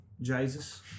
Jesus